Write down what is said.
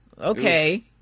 Okay